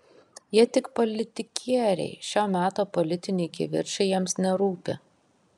jie tik politikieriai šio meto politiniai kivirčai jiems nerūpi